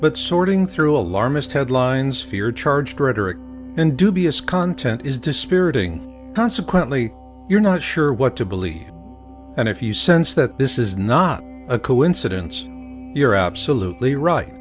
but sorting through alarmist headlines fear charged rhetoric and dubious content is dispiriting consequently you're not sure what to believe and if you sense that this is not a coincidence you're absolutely right